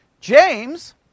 James